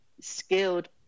skilled